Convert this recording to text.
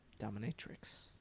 dominatrix